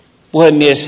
puhemies